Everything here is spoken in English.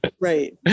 right